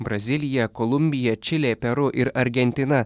brazilija kolumbija čilė peru ir argentina